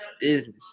business